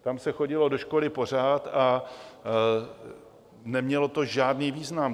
Tam se chodilo do školy pořád a nemělo to žádný význam.